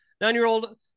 Nine-year-old